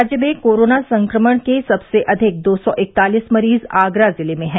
राज्य में कोरोना संक्रमण के सबसे अधिक दो र्सो इकतालीस मरीज आगरा जिले में हैं